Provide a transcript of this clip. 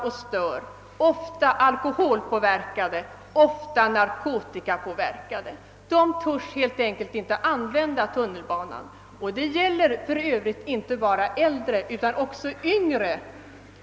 Dessa är ofta alkoholeller narkotikapåverkade. Många äldre människor törs därför helt enkelt inte använda tunnelbanan; detta gäller för övrigt inte bara äldre personer utan även yngre.